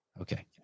Okay